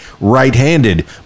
right-handed